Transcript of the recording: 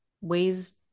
ways